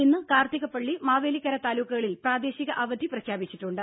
ഇന്ന് കാർത്തിക പള്ളി മാവേലിക്കര താലൂക്കുകളിൽ പ്രാദേശിക അവധി പ്രഖ്യാപിച്ചിട്ടുണ്ട്